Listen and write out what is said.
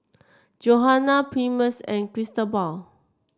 Johana Primus and Cristobal